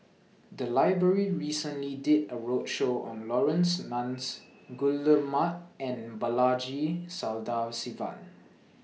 The Library recently did A roadshow on Laurence Nunns Guillemard and Balaji Sadasivan